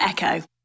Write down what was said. Echo